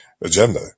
agenda